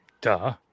Duh